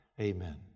amen